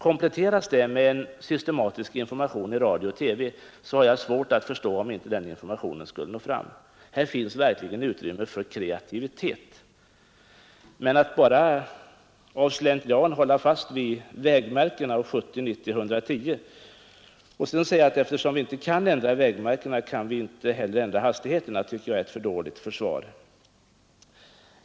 Kompletteras detta med en systematisk information i radio och TV, har jag svårt att förstå om denna information inte skulle nå fram. Här finns verkligen utrymme för kreativitet. Att av slentrian hålla fast vid vägmärkena och hastigheterna 70, 90 och 110 samt påstå att vi inte heller kan ändra hastigheterna, eftersom vi inte kan ändra vägmärkena, är ett för dåligt försvar.